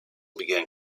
began